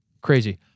Crazy